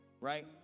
right